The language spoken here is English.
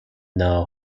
know